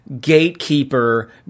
gatekeeper